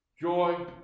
joy